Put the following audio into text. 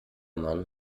mann